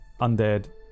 undead